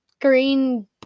green